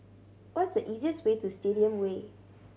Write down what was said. what is the easiest way to Stadium Way